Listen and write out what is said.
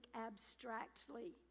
abstractly